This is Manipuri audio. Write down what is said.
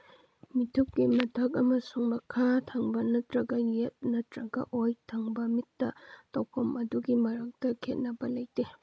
ꯃꯤꯊꯨꯞꯀꯤ ꯃꯊꯛ ꯑꯃꯁꯨꯡ ꯝꯈꯥ ꯊꯪ ꯅꯠꯇ꯭ꯔꯒ ꯌꯦꯠ ꯅꯠꯇ꯭ꯔꯒ ꯑꯣꯏ ꯊꯪꯕ ꯃꯤꯠꯇ ꯇꯧꯐꯝ ꯑꯗꯨꯒꯤ ꯃꯔꯛꯇ ꯈꯦꯠꯅꯕ ꯂꯩꯇꯦ